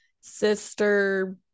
sister